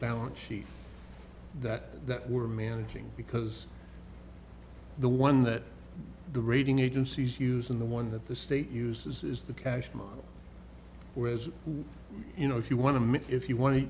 balance sheet that that we're managing because the one that the rating agencies use in the one that the state uses is the cash money whereas you know if you want to make if you want to